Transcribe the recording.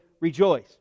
Rejoice